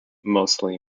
mostly